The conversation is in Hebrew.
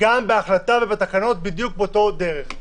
בהחלטה ובתקנות בדיוק באותה דרך.